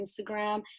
Instagram